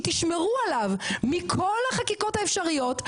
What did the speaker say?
שתשמרו עליו מכל החקיקות האפשריות,